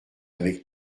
avec